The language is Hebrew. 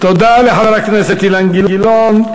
תודה לחבר הכנסת אילן גילאון.